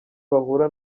bahura